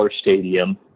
stadium